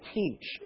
teach